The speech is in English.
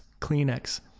Kleenex